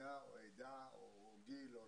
מדינה או עדה או גיל.